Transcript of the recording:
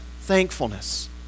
thankfulness